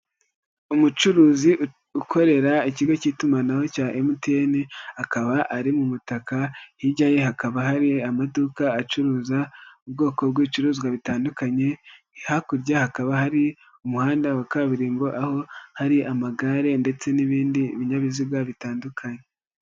Umucuruzi ukorera ikigo cy'itumanaho cya MTN akaba ari mu butaka, hirya yayo hakaba hari amaduka acuruza ubwoko bw'ibicuruzwa bitandukanye, hakurya hakaba hari umuhanda wa kaburimbo, aho hari amagare ndetse n'ibindi binyabiziga bitandukanye.